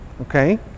okay